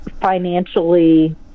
financially